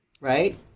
right